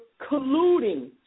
colluding